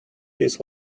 his